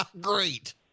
Great